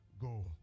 go